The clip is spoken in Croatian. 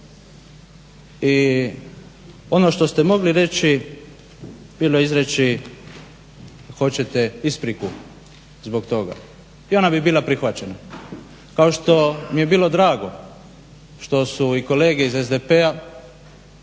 I ono što ste mogli reći bilo je izreći hoćete ispriku zbog toga i ona bi bila prihvaćena. Kao što mi je bilo drago što su i kolege iz SDP-a